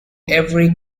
every